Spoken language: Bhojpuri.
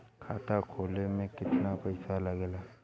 खाता खोले में कितना पईसा लगेला?